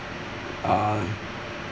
uh